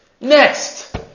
Next